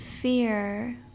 fear